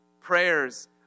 Prayers